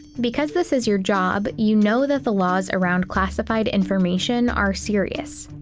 because this is your job, you know that the laws around classified information are serious.